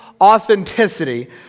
authenticity